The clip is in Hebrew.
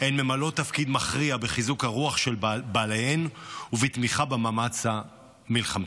הן ממלאות תפקיד מכריע בחיזוק הרוח של בעליהן ובתמיכה במאמץ המלחמתי.